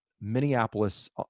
Minneapolis